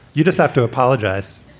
you just have to apologize